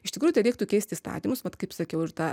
iš tikrųjų tai reiktų keist įstatymus vat kaip sakiau ir tą